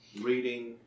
Reading